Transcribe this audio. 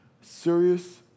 serious